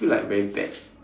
feel like very bad